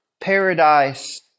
paradise